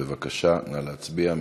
בבקשה, נא להצביע.